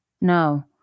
No